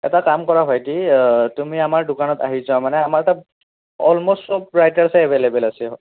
এটা কাম কৰা ভাইটি তুমি আমাৰ দোকানত আহি যোৱা মানে আমাৰ তাত অলমষ্ট চব ৰাইটাৰ্চে এভেইলেবল আছে